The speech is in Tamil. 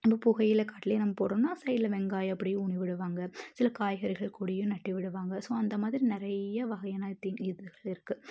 அந்த புகையில் காட்டில் நம்ம போடுறோனா சைட்டில் வெங்காயம் அப்டியே ஊனி விடுவாங்க சில காய்கறிகள் கூடயும் நட்டு விடுவாங்க ஸோ அந்தமாதிரி நிறைய வகையான தி இதுகள் இருக்குது